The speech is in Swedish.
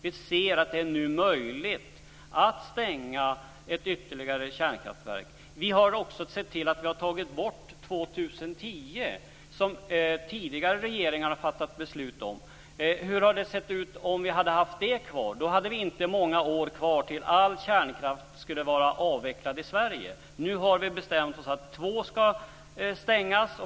Vi ser att det nu är möjligt att stänga ytterligare ett kärnkraftverk. Vi har också sett till att ta bort år 2010 som slutdatum, som tidigare regeringar har fattat beslut om. Hur hade det sett ut om vi hade haft det kvar? Då hade vi inte haft många år kvar till det att all kärnkraft skulle vara avvecklad i Sverige. Nu har vi bestämt oss att två kärnkraftverk ska stängas.